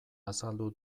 azaldu